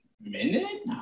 minute